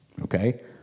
okay